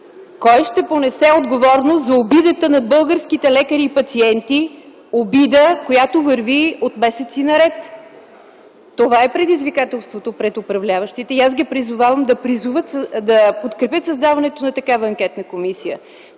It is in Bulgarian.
Кой ще понесе отговорност за обидата над българските лекари и пациенти – обида, която върви месеци наред? Това е предизвикателството пред управляващите и аз ги призовавам да подкрепят създаването на такава анкетна комисия.